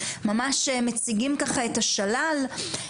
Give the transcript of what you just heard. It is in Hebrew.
ממש מציגים ככה את השלל.